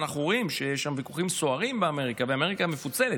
ואנחנו רואים שיש שם ויכוחים סוערים באמריקה ואמריקה מפוצלת,